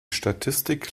statistik